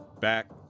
back